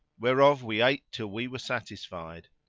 whereof we ate till we were satisfied.